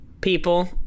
people